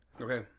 Okay